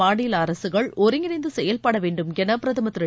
மாநிலஅரசுகள் ஒருங்கிணைந்துசெயல்படவேண்டும் எனபிரதமர் திரு